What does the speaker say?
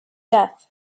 death